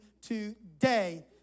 today